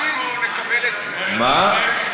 אנחנו נקבל, מה?